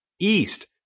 East